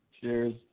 Cheers